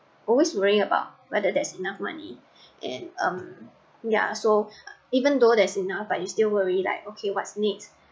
always worried about whether there's enough money and um yeah so even though there's enough but you still worry like okay what's next